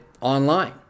online